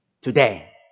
today